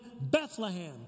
Bethlehem